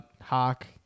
Hawk